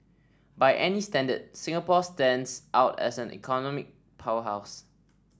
by any standard Singapore stands out as an economy powerhouse